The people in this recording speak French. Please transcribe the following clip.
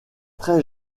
très